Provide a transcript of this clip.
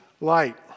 light